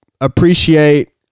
appreciate